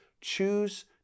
choose